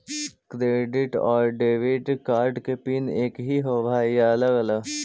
Debit और credit card के PIN एकही होव हइ या अलग अलग?